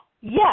Yes